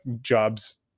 jobs